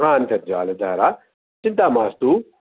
हा अन्तर्जालद्वारा चिन्ता मास्तु